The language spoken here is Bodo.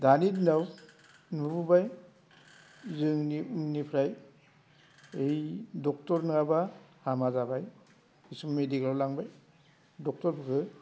दानि दिनाव नुबोबाय जोंनि उननिफ्राय ओइ ड'क्टर नङाब्ला हामा जाबाय किसु मेडिकेलाव लांबाय ड'क्टरफोरखो